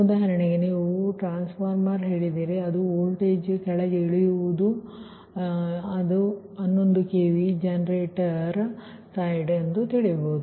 ಉದಾಹರಣೆಗೆ ನಂತರ ನೀವು ಟ್ರಾನ್ಸ್ಫಾರ್ಮರ್ ಹೇಳಿದ್ದೀರಿ ವೋಲ್ಟೇಜ್ ಕೆಳಗೆ ಇಳಿಯುವುದು ಇದು 11 ಕೆವಿ ಜನರೇಟರ್ ಬದಿ ಎಂದು ಭಾವಿಸೋಣ